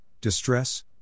distress